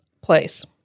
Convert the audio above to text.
place